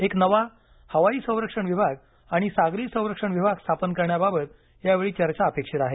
एक नवा हवाई संरक्षण विभाग आणि सागरी संरक्षण विभाग स्थापन करण्याबाबत यावेळी चर्चा अपेक्षित आहे